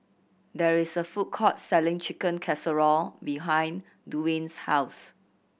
there is a food court selling Chicken Casserole behind Duwayne's house